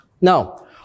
Now